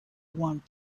want